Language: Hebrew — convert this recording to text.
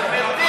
גברתי,